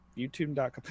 youtube.com